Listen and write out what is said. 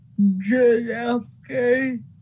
JFK